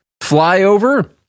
flyover